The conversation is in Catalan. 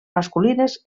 masculines